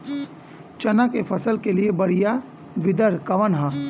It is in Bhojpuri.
चना के फसल के लिए बढ़ियां विडर कवन ह?